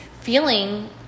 feeling